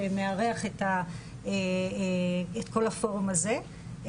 שמארח את כל הפורום הזה.